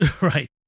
right